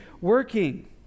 working